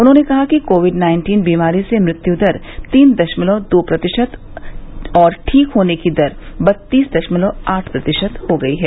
उन्होंने कहा कि कोविड नाइन्टीन बीमारी से मृत्यु दर तीन दशमलव दो प्रतिशत और ठीक होने की दर बत्तीस दशमलव आठ प्रतिशत हो गयी है